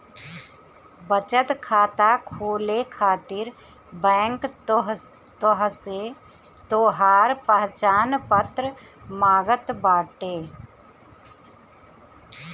बचत खाता खोले खातिर बैंक तोहसे तोहार पहचान पत्र मांगत बाटे